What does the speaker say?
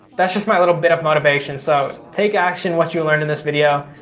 that's just my little bit of motivation. so take action what you learned in this video.